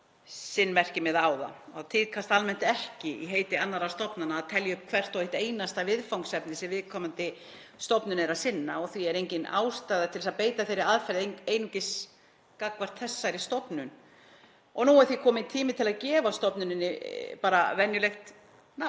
setja sinn merkimiða á það. Það tíðkast almennt ekki í heiti annarra stofnana að telja upp hvert og eitt einasta viðfangsefni sem viðkomandi stofnun er að sinna og því er engin ástæða til að beita þeirri aðferð einungis gagnvart þessari stofnun. Nú er því kominn tími til að gefa stofnuninni venjulegt nafn,